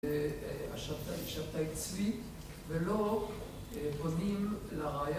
שבתאי צבי ולא פונים לרעיון